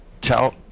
Tell